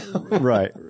Right